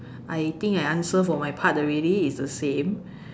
I think I answered for my part already it's the same